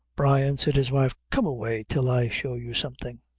brian, said his wife, come away till i show you something.